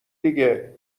دیگه